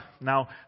now